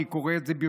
ואני קורא את זה,